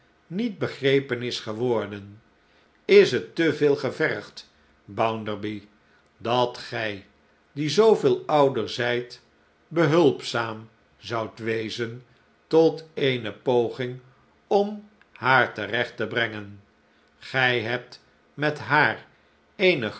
niet begrepen is geworden is het te veel gevergd bounderby dat gij die zooveel ouder zijt behulpzaam zoudt wezen tot eene poging om haar terecht te brengen gij hebt met haar eene